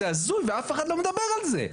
זה הזוי ואף אחד לא מדבר על זה.